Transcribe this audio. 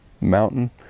mountain